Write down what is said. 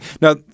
now